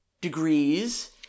degrees